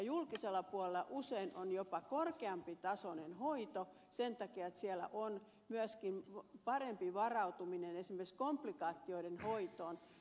julkisella puolella usein on jopa korkeatasoisempi hoito sen takia että siellä on myöskin parempi varautuminen esimerkiksi komplikaatioiden hoitoon